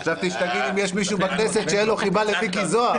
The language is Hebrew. חשבתי שתגיד: אם יש מישהו בכנסת שאין לו חיבה למיקי זוהר,